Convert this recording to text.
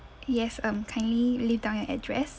yes um kindly leave down your address